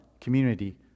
community